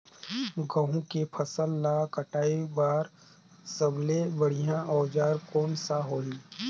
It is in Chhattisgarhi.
गहूं के फसल ला कटाई बार सबले बढ़िया औजार कोन सा होही?